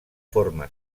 forma